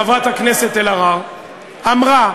חברת הכנסת אלהרר אמרה,